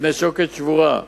בפני שוקת שבורה.